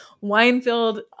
wine-filled